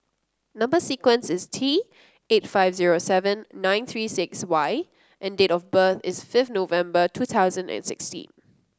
number sequence is T eight five zero seven nine three six Y and date of birth is fifth November two thousand and sixteen